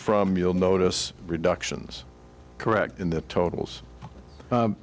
from you'll notice reductions correct in the totals